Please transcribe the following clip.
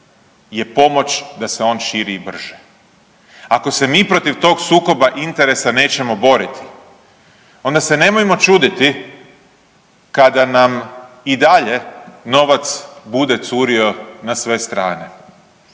je pomoć da se on širi i brže. Ako se mi protiv tog sukoba interesa nećemo boriti onda se nemojmo čuditi kada nam i dalje novac bude curio na sve strane.